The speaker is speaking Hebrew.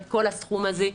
את כל הסכום הזה,